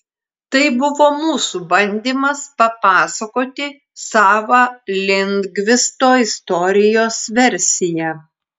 tai buvo mūsų bandymas papasakoti savą lindgvisto istorijos versiją